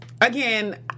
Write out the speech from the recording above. Again